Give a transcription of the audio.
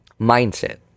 mindset